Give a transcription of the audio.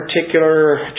particular